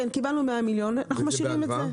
כן, קיבלנו 100 מיליון ואנחנו משאירים את זה.